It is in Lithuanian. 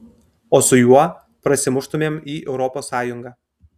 o su juo prasimuštumėm į europos sąjungą